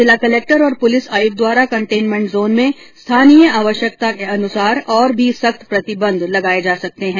जिला कलेक्टर और पुलिस आयुक्त द्वारा कंटेन्मेंट जोन में स्थानीय आवश्यकता के अनुसार और भी सख्त प्रतिबंध लगाये जा सकते हैं